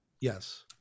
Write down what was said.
Yes